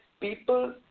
people